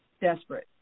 Desperate